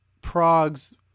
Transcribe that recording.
Prague's